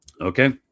Okay